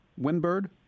windbird